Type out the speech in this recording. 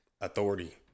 authority